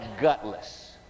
gutless